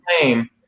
claim